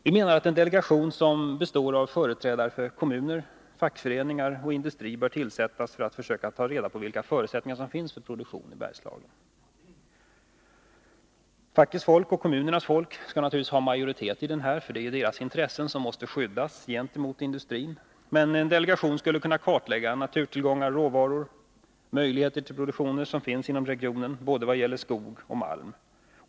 Vi menar att en delegation som består av företrädare för kommuner, fackföreningar och industri bör tillsättas för att försöka ta reda på vilka förutsättningar som finns för produktion i Bergslagen. Fackets folk och kommunernas folk skall naturligtvis ha majoritet i delegationen, för det är deras intresen som måste skyddas gentemot industrin. Delegationen skulle kunna kartlägga naturtillgångar, råvaror och möjligheter till produktion inom regionen, både vad gäller skog och malm.